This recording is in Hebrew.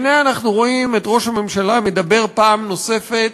הנה אנחנו רואים את ראש הממשלה מדבר פעם נוספת,